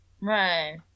Right